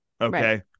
Okay